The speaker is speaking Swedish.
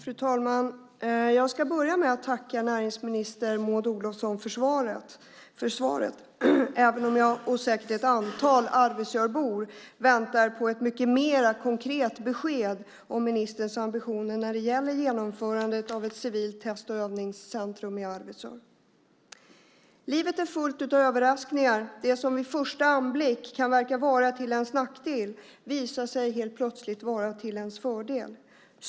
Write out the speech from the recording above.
Fru talman! Jag ska börja med att tacka näringsminister Maud Olofsson för svaret, även om jag och säkert ett antal Arvidsjaurbor väntar på ett mycket mer konkret besked om ministerns ambitioner när det gäller genomförandet av ett civilt test och övningscentrum i Arvidsjaur. Livet är fullt av överraskningar. Det som vid första anblick kan verka vara till ens nackdel visar sig helt plötsligt vara till ens fördel.